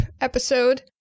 episode